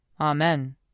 Amen